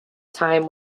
time